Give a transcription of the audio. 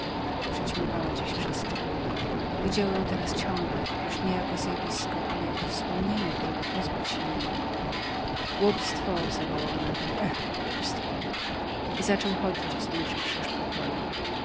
zmarłego przyćmiewała dziś wszystko widział ją teraz ciągle już nie jako zjawisko ale jako wspomnienie którego pozbyć się nie mógł głupstwo zawołał nagle eh głupstwo i zaczął chodzić wzdłuż i